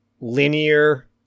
linear